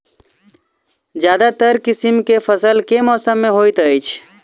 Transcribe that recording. ज्यादातर किसिम केँ फसल केँ मौसम मे होइत अछि?